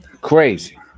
Crazy